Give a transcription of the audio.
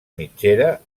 mitgera